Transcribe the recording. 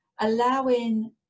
allowing